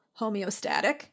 homeostatic